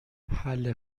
حله